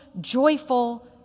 joyful